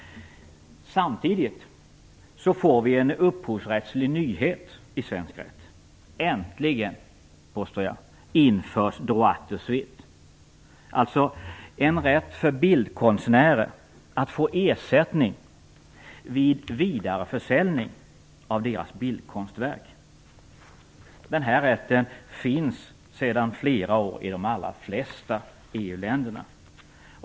Samtidigt får vi en upphovsrättslig nyhet i svensk rätt. Äntligen, påstår jag, införs droit de suite, alltså en rätt för bildkonstnärer att få ersättning vid vidareförsäljning av deras bildkonstverk. Denna rätt finns sedan flera år i de allra flesta EU-länderna.